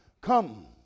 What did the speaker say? come